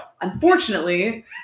Unfortunately